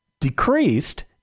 decreased